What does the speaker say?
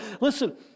Listen